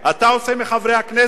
אתה עושה מחברי הכנסת,